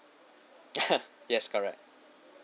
yes correct